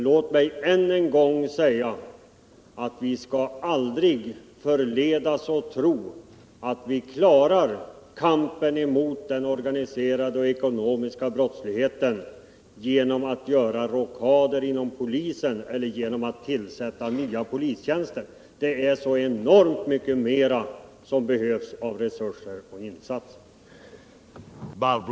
Låt mig än en gång säga att vi aldrig får förledas att tro att vi klarar kampen mot den organiserade och ekonomiska brottsligheten genom att göra rockader inom polisen eller genom att tillsätta nya polistjänster. Det är så enormt mycket mera som behövs av resurser och insatser.